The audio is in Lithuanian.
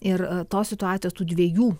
ir tos situacijos tų dviejų